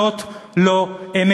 זאת לא אמת.